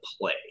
play